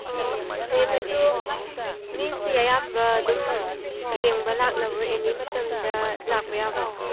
ꯑꯣ ꯃꯦꯝ ꯑꯗꯨ ꯃꯤꯁꯤ ꯑꯌꯥꯝꯕ ꯑꯗꯨꯝ ꯌꯦꯡꯕ ꯂꯥꯛꯅꯕ꯭ꯔꯣ ꯑꯦꯅꯤ ꯃꯇꯝꯗ ꯂꯥꯛꯄ ꯌꯥꯕ꯭ꯔꯣ